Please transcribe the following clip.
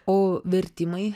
o vertimai